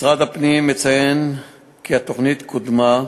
משרד הפנים מציין כי התוכנית קודמה,